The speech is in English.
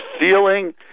feeling